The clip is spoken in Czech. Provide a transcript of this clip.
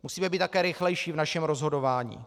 Musíme být také rychlejší v našem rozhodování.